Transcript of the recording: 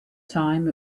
time